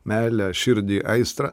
meilę širdį aistrą